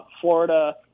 Florida